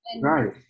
right